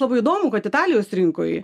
labai įdomu kad italijos rinkoj